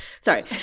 Sorry